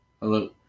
Hello